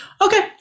Okay